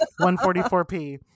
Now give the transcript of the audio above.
144p